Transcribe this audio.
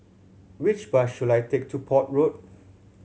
which bus should I take to Port Road